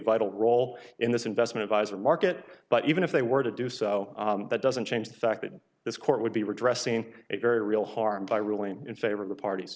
vital role in this investment advisor market but even if they were to do so that doesn't change the fact that this court would be redressed seeing a very real harm by ruling in favor of the parties